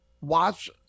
watch